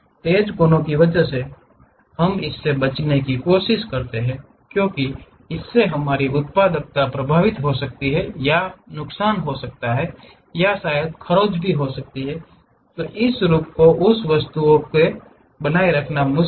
तेज कोनों की वजह से हम इससे बचने की कोशिश करते हैं क्योंकि इससे हमारी उत्पादकता प्रभावित हो सकती है या नुकसान हो सकता है या शायद खरोंच हो सकती हैं तो इस रूप को उस विशेष वस्तु पर बनाए रखना मुश्किल है